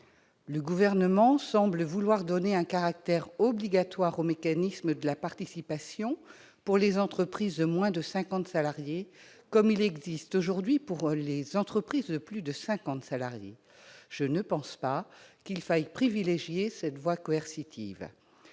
Le Gouvernement semble vouloir donner un caractère obligatoire au mécanisme de la participation pour les entreprises de moins de 50 salariés, comme cela existe aujourd'hui pour celles qui sont au-dessus de ce seuil. Je ne pense pas qu'il faille privilégier cette voie coercitive.